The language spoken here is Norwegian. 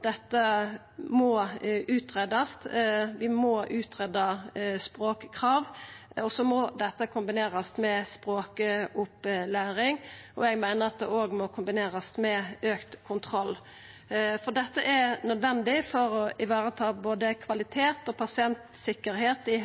dette må greiast ut, vi må greia ut språkkrav, og så må dette kombinerast med språkopplæring. Eg meiner at det òg må kombinerast med auka kontroll. Dette er nødvendig for å vareta både kvalitet og pasientsikkerheit i